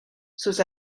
sus